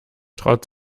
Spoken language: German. traut